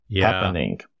happening